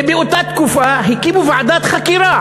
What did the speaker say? ובאותה תקופה הקימו ועדת חקירה,